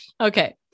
Okay